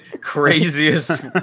craziest